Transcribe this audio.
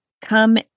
come